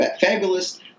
fabulous